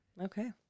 Okay